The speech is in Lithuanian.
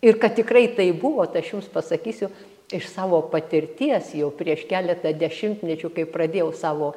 ir kad tikrai tai buvo tai aš jums pasakysiu iš savo patirties jau prieš keletą dešimtmečių kai pradėjau savo